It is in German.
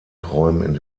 träumen